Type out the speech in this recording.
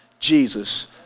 jesus